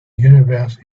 universe